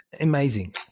amazing